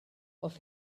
off